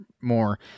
more